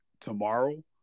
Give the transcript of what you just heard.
tomorrow